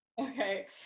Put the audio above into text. Okay